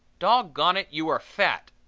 dog-gone it you are fat!